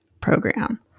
program